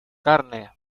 carne